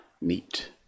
meet